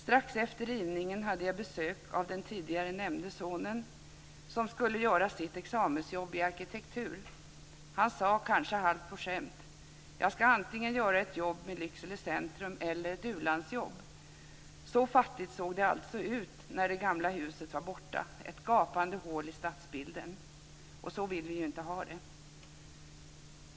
Strax efter rivningen hade jag besök av den tidigare nämnde sonen som skulle göra sitt examensjobb i arkitektur. Han sade, kanske halvt på skämt: Jag ska antingen göra ett jobb med Lycksele centrum eller ett ulandsjobb. Så fattigt såg det alltså ut när det gamla huset var borta. Det var ett gapande hål i stadsbilden, och så vill vi ju inte ha det.